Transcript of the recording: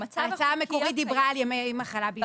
ההצעה המקורית דיברה על ימי מחלה בלבד.